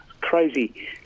Crazy